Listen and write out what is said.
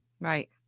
Right